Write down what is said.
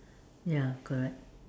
ya correct